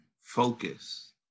focus